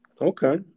Okay